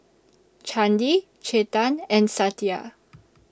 Chandi Chetan and Satya